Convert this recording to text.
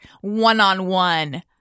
one-on-one